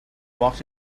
walked